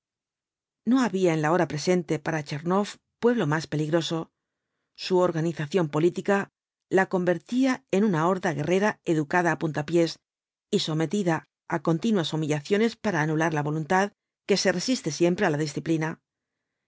no había en la hora presente para tchernoff pueblo más peligroso su organización política la convertía en una horda guerrera educada á puntapiés y sometida á continuas humillaciones para anular la voluntad que se resiste siempre á la disciplina